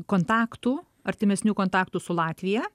kontaktų artimesnių kontaktų su latvija